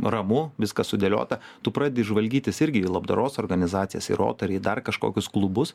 ramu viskas sudėliota tu pradedi žvalgytis irgi į labdaros organizacijas į rotary į dar kažkokius klubus